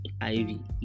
Ivy